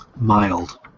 mild